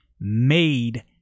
made